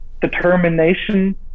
determination